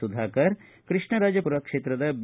ಸುಧಾಕರ್ ಕೃಷ್ಣರಾಜಪುರ ಕ್ಷೇತ್ರದ ಬಿ